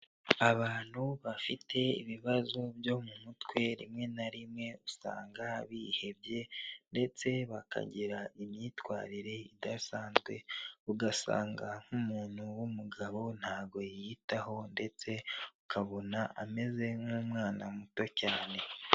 Abantu bafite ibibazo byo mu mutwe rimwe na rimwe usanga bihebye ndetse bakagira imyitwarire idasanzwe ugasanga nk'umuntu w'umugabo ntago yiyitaho ndetse ukabona ameze nk'umwana muto cyane.